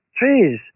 trees